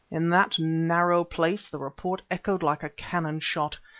in that narrow place the report echoed like a cannon shot,